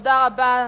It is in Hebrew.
תודה רבה.